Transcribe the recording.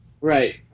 right